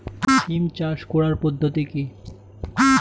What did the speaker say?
সিম চাষ করার পদ্ধতি কী?